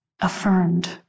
affirmed